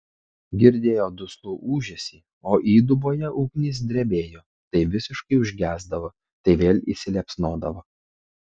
girdėjo duslų ūžesį o įduboje ugnys drebėjo tai visiškai užgesdavo tai vėl įsiliepsnodavo